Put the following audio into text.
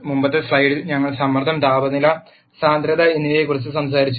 മുമ്പത്തെ സ്ലൈഡിൽ ഞങ്ങൾ സമ്മർദ്ദം താപനില സാന്ദ്രത എന്നിവയെക്കുറിച്ച് സംസാരിച്ചു